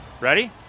Ready